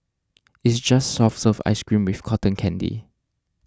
it's just soft serve ice cream with cotton candy